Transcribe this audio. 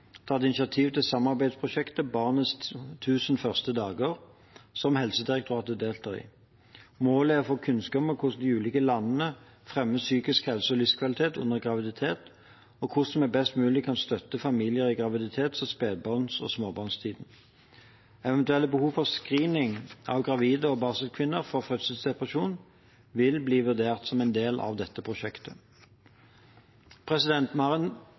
tatt initiativ til samarbeidsprosjektet «Barnets 1000 første dager», som Helsedirektoratet deltar i. Målet er å få kunnskap om hvordan de ulike landene fremmer psykisk helse og livskvalitet under graviditet, og hvordan vi best mulig kan støtte familier i graviditets-, spedbarns- og småbarnstiden. Eventuelt behov for screening av gravide og barselkvinner for fødselsdepresjon vil bli vurdert som en del av dette prosjektet.